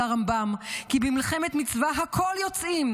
הרמב"ם כי במלחמת מצווה הכול יוצאים,